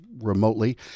remotely